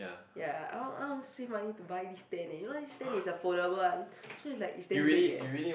ya I want I want save money to buy this tent eh you know this tent is the foldable one it's like is damn big eh